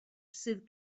sydd